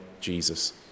Jesus